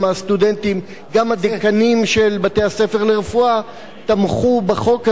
גם הסטודנטים וגם הדיקנים של בתי-הספר לרפואה תמכו בחוק הזה,